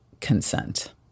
consent